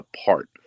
apart